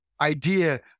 idea